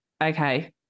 Okay